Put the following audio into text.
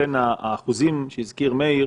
ולכן האחוזים שהזכיר מאיר